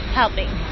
helping